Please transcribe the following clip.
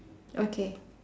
okay